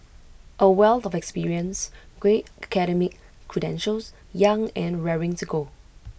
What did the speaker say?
A wealth of experience great academic credentials young and raring to go